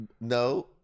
No